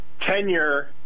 tenure